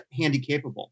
Handicapable